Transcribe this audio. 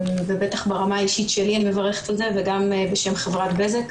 ובטח ברמה האישית שלי אני מברכת על זה וגם בשם חברת בזק.